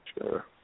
Sure